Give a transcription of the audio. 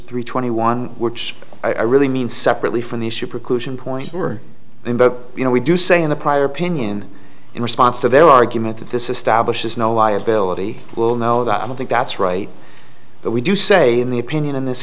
three twenty one which i really mean separately from the issue preclusion point we're in but you know we do say in the prior opinion in response to their argument that this establishes no liability will know that i don't think that's right but we do say in the opinion in this